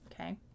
Okay